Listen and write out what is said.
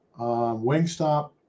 Wingstop